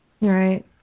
Right